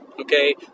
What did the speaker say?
Okay